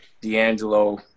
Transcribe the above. D'Angelo